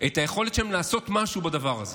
את היכולת שלהם לעשות משהו בדבר הזה.